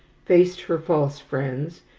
faced her false friends,